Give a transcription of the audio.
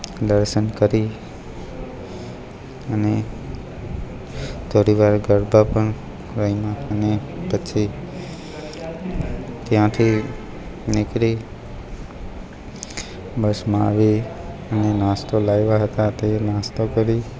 દર્શન કરી અને થોડીવાર ગરબા પણ રમ્યા અને પછી ત્યાંથી નીકળી બસમાં આવી અને નાસ્તો લાવ્યા હતા તે નાસ્તો કરી